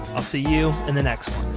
i'll see you in the next one!